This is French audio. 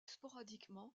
sporadiquement